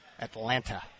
Atlanta